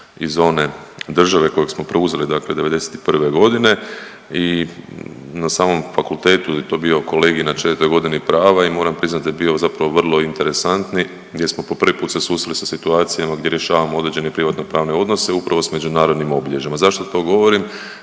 iz one države kojeg smo preuzeli dakle '91.g. i na samom fakultetu jel je to bio kolegij na 4.g. prava i moram priznat da je bio zapravo vrlo interesantni gdje smo po prvi put se susreli sa situacijama gdje rješavamo određene privatnopravne odnose upravo s međunarodnim obilježjima. Zašto to govorim?